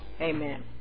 Amen